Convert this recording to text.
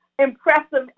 impressive